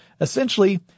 Essentially